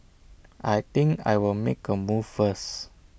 I think I'll make A move first